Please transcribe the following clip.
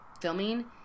filming